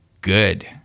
Good